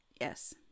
Yes